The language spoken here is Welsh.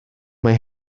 mae